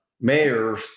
mayors